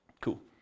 Cool